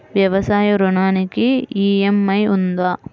వ్యవసాయ ఋణానికి ఈ.ఎం.ఐ ఉందా?